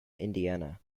indiana